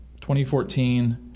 2014